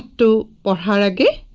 to get